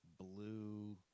blue